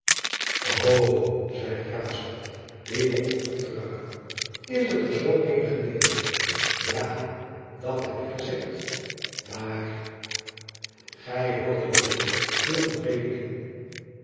zeide raesfelt die lont begon te ruiken is het er zoo mede gelegen ja dat heb ik gezegd maar gij hoort het joan viel van reede in